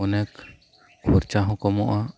ᱚᱱᱮᱠ ᱠᱷᱚᱨᱪᱟ ᱦᱚᱸ ᱠᱚᱢᱚᱜᱼᱟ